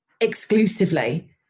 exclusively